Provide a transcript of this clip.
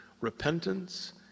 repentance